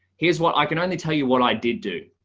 here's what i can only tell you what i did do.